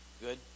Good